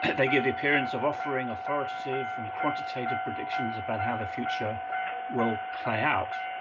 and they give the appearance of offering authoritative and quantitative predictions about how the future will play out.